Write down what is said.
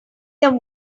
them